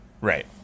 right